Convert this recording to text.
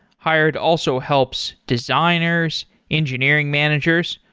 hired also helps designers, engineering managers,